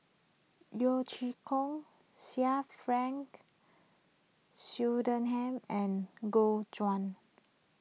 Yeo Chee Kiong Sir Frank Swettenham and Gu Juan